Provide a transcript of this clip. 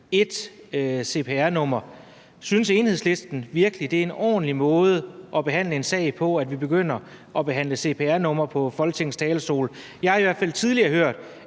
ét cpr-nummer. Synes Enhedslisten virkelig, det er en ordentlig måde at behandle en sag på, at vi begynder at behandle cpr-numre på Folketingets talerstol? Jeg har i hvert fald tidligere hørt